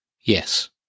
Yes